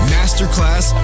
Masterclass